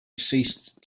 ceased